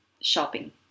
shopping